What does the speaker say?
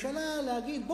ולממשלה להגיד,